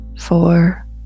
four